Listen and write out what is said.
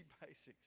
basics